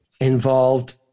involved